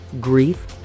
grief